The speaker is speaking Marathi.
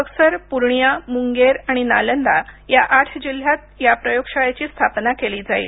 बक्सर पूर्णिया मुंगेर आणि नालंदा या आठ जिल्ह्यांत या प्रयोगशाळेची स्थापना केली जाईल